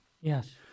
Yes